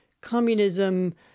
communism